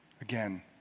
again